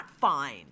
fine